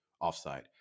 Offside